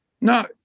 No